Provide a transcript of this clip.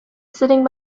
sitting